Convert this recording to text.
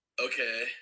Okay